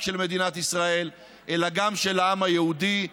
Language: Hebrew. של מדינת ישראל אלא גם של העם היהודי,